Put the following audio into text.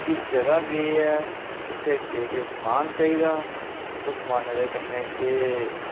कि जगह् केह् ऐ उत्थै केह् केह् समान चाहिदा उत्थै समानै दे कन्नै केह्